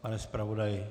Pane zpravodaji?